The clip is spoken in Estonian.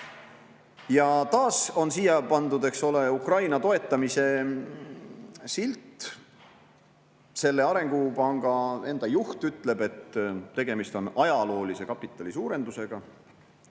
Taas on siia pandud, eks ole, Ukraina toetamise silt. Selle arengupanga enda juht ütleb, et tegemist on ajaloolise kapitalisuurendusega,